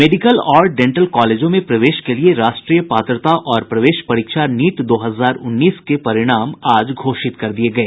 medical और dental कालेजों में प्रवेश के लिए राष्ट्रीय पात्रता और प्रवेश परीक्षा नीट दो हजार उन्नीस के परिणाम आज घोषित कर दिए गए